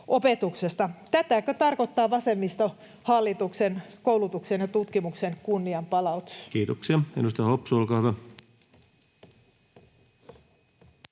Tätäkö tarkoittaa vasemmistohallituksen koulutuksen ja tutkimuksen kunnianpalautus? Kiitoksia. — Edustaja Hopsu, olkaa hyvä.